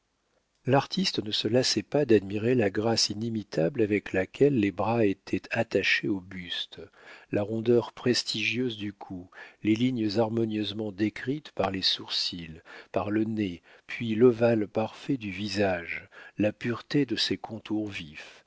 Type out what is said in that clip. l'artiste ne se lassait pas d'admirer la grâce inimitable avec laquelle les bras étaient attachés au buste la rondeur prestigieuse du cou les lignes harmonieusement décrites par les sourcils par le nez puis l'ovale parfait du visage la pureté de ses contours vifs